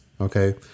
Okay